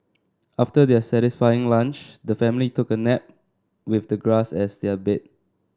after their satisfying lunch the family took a nap with the grass as their bed